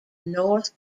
north